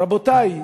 רבותי,